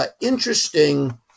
Interesting